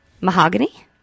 Mahogany